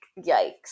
yikes